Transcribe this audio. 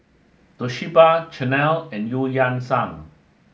Toshiba Chanel and Eu Yan Sang